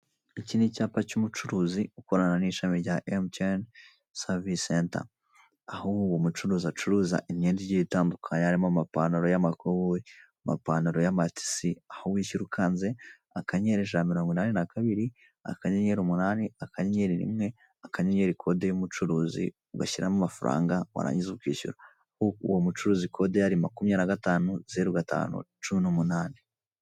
Iki ni icyapa cy'umucuruzi ukorana n'ishami rya emutiyene sevise senta, aho uwo mucuruzi acuruza imyenda itandukanye, harimo amapantaroi y'amakoboyi, amapantaro y'amatisi, aho wishyura ukanze akanyenyeri ijana na mirongo inani na kabiri, akanyenyeri umunani, akanyenyeri rimwe akanyenyeri kode y'umucuruzi, ugashyiramo amafaranga warangiza ukishyura, uwo muvuruzi kode yari makumyabiri na gatanu, zeru gatanu, cumi n'umunani.